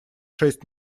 шесть